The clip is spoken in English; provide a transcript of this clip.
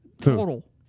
Total